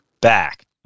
back